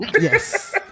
yes